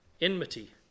Enmity